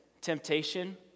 Temptation